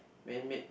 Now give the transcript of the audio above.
man made